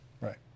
right